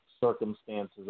circumstances